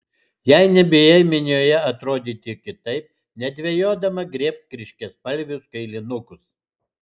jei nebijai minioje atrodyti kitaip nedvejodama griebk ryškiaspalvius kailinukus